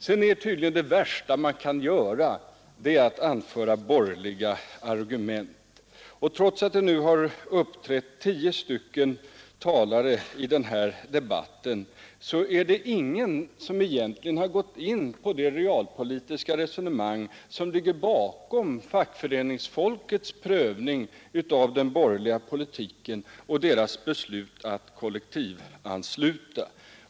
Sedan är tydligen det värsta man kan göra att anföra borgerliga argument. Trots att tio talare har uppträtt i denna debatt har ingen av dem egentligen gått in på det realpolitiska resonemang som ligger bakom fackföreningsfolkets prövning av den borgerliga politiken och beslutet att kollektivansluta.